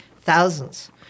thousands